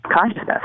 consciousness